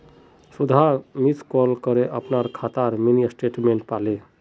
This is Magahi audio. सुधा मिस कॉल करे अपनार खातार मिनी स्टेटमेंट पाले